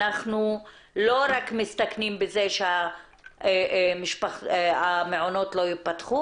אנחנו לא רק מסתכנים בזה שהמעונות לא ייפתחו,